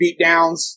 beatdowns